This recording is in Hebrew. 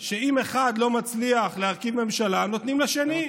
שאם אחד לא מצליח להרכיב ממשלה, נותנים לשני.